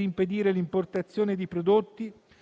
impedire l'importazione di prodotti